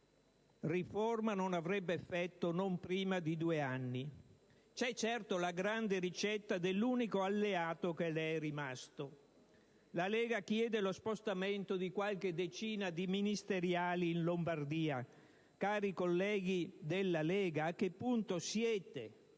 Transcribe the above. riforma, avrebbe effetto non prima di due anni. Certo, c'è la grande ricetta dell'unico alleato che le è rimasto: la Lega chiede lo spostamento di qualche decina di ministeriali in Lombardia. Cari colleghi della Lega, a che punto siete!